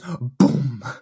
boom